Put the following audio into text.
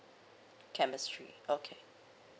chemistry okay